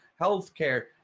healthcare